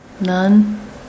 None